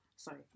Sorry